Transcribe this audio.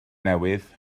newydd